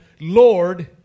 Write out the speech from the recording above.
Lord